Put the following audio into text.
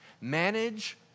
manage